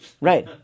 Right